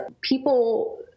people